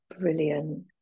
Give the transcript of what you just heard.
brilliant